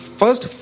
first